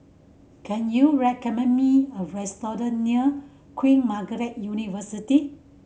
can you recommend me a restaurant near Queen Margaret University